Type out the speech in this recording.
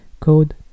code